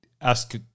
ask